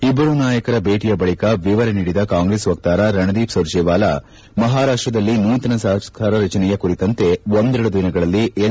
ಇಭ್ಲರೂ ನಾಯಕರ ಭೇಟಿಯ ಬಳಿಕ ವಿವರ ನೀಡಿದ ಕಾಂಗ್ರೆಸ್ ವಕ್ತಾರ ರಣದೀಪ್ ಸುರ್ಜೇವಾಲ ಮಹಾರಾಷ್ಟದಲ್ಲಿ ನೂತನ ಸರ್ಕಾರ ರಚನೆಯ ಕುರಿತಂತೆ ಒಂದೆರೆಡು ದಿನಗಳಲ್ಲೇ ಎನ್